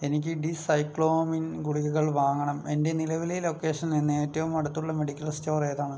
എനിക്ക് ഡിസൈക്ലോമിൻ ഗുളികകൾ വാങ്ങണം എൻ്റെ നിലവിലെ ലൊക്കേഷനിൽ നിന്ന് ഏറ്റവും അടുത്തുള്ള മെഡിക്കൽ സ്റ്റോർ ഏതാണ്